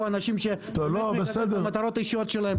אנשים שמקדמים את המטרות האישיות שלהם?